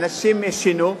אנשים שינו.